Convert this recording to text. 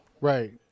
Right